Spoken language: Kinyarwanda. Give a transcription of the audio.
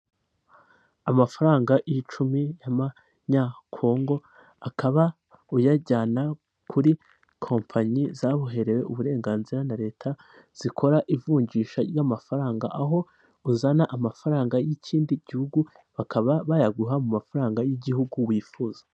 Amafaranga y'icumi y'amanyakongo akaba uyajyana kuri kompanyi zabuherewe uburenganzira na leta, zikora ivunjisha ry'amafaranga aho uzana amafaranga y'ikindi gihugu bakaba bayaguha mu mafaranga y'igihugu wifuza.